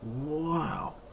Wow